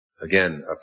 Again